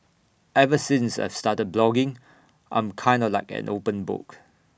ever since I've started blogging I'm kinda like an open book